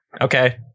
Okay